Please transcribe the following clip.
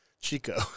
Chico